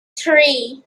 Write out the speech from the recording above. three